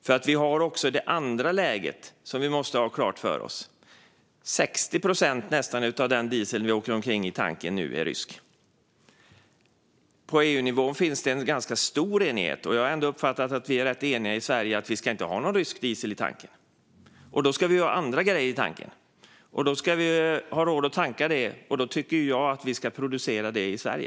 Vi har nämligen även det andra läget som vi måste ha klart för oss. Nästan 60 procent av den diesel som vi åker omkring med i tanken är rysk. På EU-nivå finns det en ganska stor enighet. Och jag har ändå uppfattat att vi är rätt eniga i Sverige om att vi inte ska ha någon rysk diesel i tanken. Då ska vi ha andra grejer i tanken och ha råd att tanka det. Då tycker jag att vi ska producera det i Sverige.